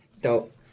Dope